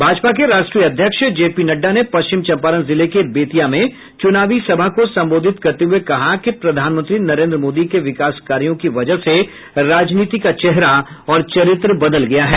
भाजपा के राष्ट्रीय अध्यक्ष जेपी नड्डा ने पश्चिम चंपारण जिले के बेतिया में चुनावी सभा को संबोधित करते हुए कहा कि प्रधानमंत्री नरेन्द्र मोदी के विकास कार्यों की वजह से राजनीति का चेहरा और चरित्र बदल गया है